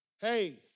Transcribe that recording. hey